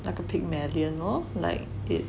like a lor like it